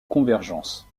convergence